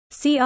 CR